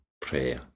prayer